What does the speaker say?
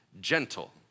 gentle